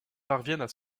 parviennent